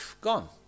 gone